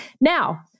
Now